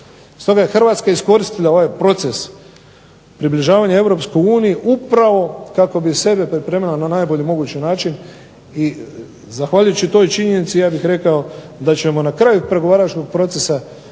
Stoga je HRvatska iskoristila ovaj proces približavanja EU upravo kako bi sebe pripremila na najbolji mogući način. I zahvaljujući toj činjenici ja bih rekao da ćemo na kraju pregovaračkog procesa